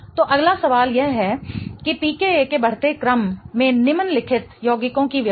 तो अगला सवाल यह है कि pKa के बढ़ते क्रम में निम्नलिखित यौगिकों की व्यवस्था करें